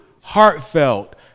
heartfelt